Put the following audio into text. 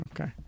okay